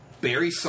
Barry